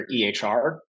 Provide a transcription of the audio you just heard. EHR